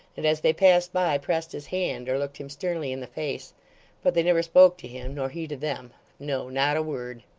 and, as they passed by, pressed his hand, or looked him sternly in the face but they never spoke to him, nor he to them no, not a word.